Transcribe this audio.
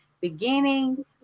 beginning